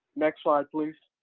next slide, please